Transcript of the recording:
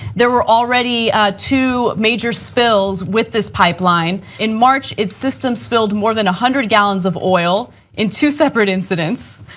there were already two major spills with this pipeline. in march, it's systems build more than one hundred gallons of oil in two separate incidents,